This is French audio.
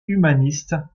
humanistes